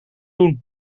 doen